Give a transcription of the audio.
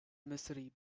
misery